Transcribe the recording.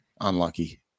unlucky